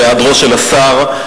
בהיעדרו של השר,